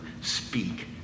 speak